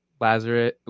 lazarus